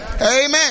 Amen